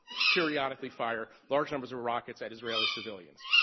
periodically fire large numbers of rockets at israeli civilians.